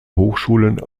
hochschulen